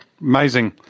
amazing